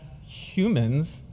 humans